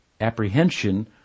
apprehension